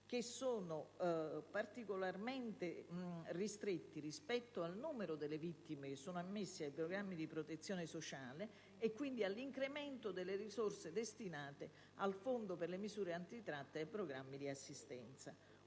che sono particolarmente ristretti rispetto al numero delle vittime ammesse ai programmi di protezione sociale, e quindi all'incremento delle risorse destinate al fondo per le misure antitratta e ai programmi di assistenza.